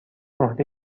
عهده